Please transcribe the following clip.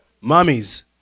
mummies